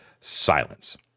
silence